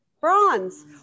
Bronze